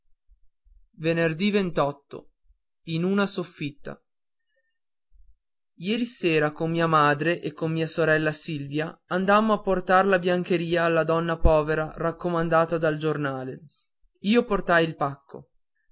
mia in una soffitta ì eri sera con mia madre e con mia sorella silvia andammo a portar la biancheria alla donna povera raccomandata dal giornale io portai il pacco